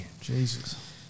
Jesus